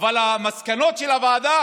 אבל המסקנות של הוועדה